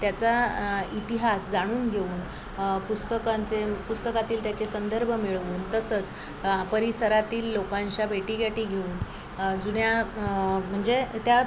त्याचा इतिहास जाणून घेऊन पुस्तकांचे म् पुस्तकातील त्याचे संदर्भ मिळवून तसंच परिसरातील लोकांच्या भेटीगाठी घेऊन जुन्या म्हणजे त्या